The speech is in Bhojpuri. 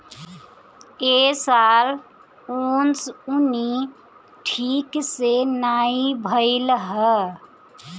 ए साल ओंसउनी ठीक से नाइ भइल हअ